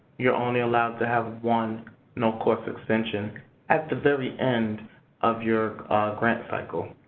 you're only allowed to have one no-cost extension at the very end of your grant cycle.